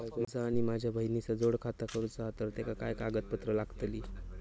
माझा आणि माझ्या बहिणीचा जोड खाता करूचा हा तर तेका काय काय कागदपत्र लागतली?